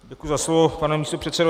Děkuji za slovo, pane místopředsedo.